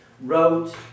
wrote